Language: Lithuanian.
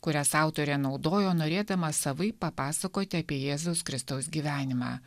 kurias autorė naudojo norėdama savaip papasakoti apie jėzaus kristaus gyvenimą